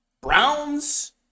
Browns